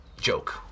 joke